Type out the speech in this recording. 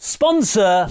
Sponsor